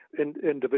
individual